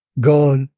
God